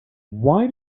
why